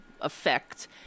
effect